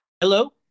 Hello